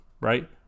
right